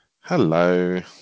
Hello